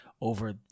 over